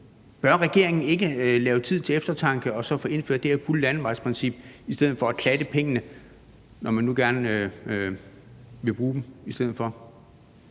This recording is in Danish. Bør regeringen ikke give tid til eftertanke og så få indført det her fulde landevejsprincip i stedet for at klatte pengene, når man nu gerne vil bruge dem?